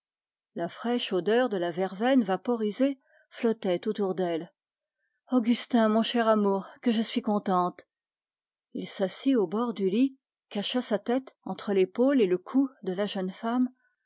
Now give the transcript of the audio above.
la fraîche odeur de la verveine vaporisée flottait autour d'elle augustin mon cher amour quel bonheur il s'assit au bord du lit cacha sa tête entre l'épaule et le cou de la jeune femme